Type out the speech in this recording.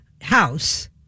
house